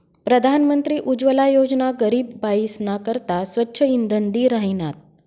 प्रधानमंत्री उज्वला योजना गरीब बायीसना करता स्वच्छ इंधन दि राहिनात